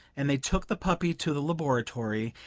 and they took the puppy to the laboratory,